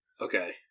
Okay